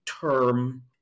term